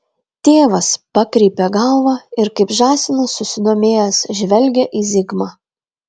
tėvas pakreipia galvą ir kaip žąsinas susidomėjęs žvelgia į zigmą